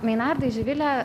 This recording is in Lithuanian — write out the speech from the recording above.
meinardai živile